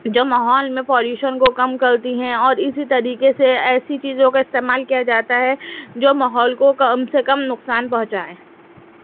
جو ماحول میں پالوشن کو کم کرتی ہیں اور اسی طریقے سے ایسی چیزوں کا استعمال کیا جاتا ہے جو ماحول کو کم سے کم نقصان پہنچائیں